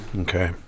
Okay